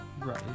Right